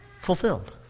fulfilled